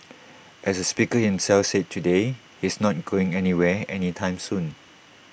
as the speaker himself said today he's not going anywhere any time soon